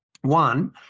one